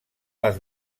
les